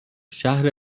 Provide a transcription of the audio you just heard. شهر